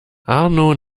arno